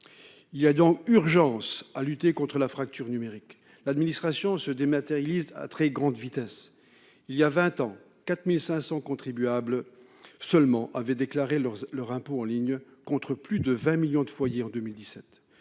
Il y a urgence à lutter contre la fracture numérique. L'administration se dématérialise à très grande vitesse. Il y a vingt ans, 4 500 contribuables seulement déclaraient leurs revenus en ligne, contre plus de 20 millions de foyers en 2017.